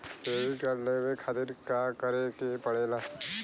Credit card लेवे खातिर का करे के पड़ेला?